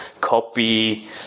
copy